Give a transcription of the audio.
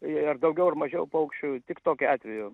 ar daugiau ar mažiau paukščių tik tokiu atveju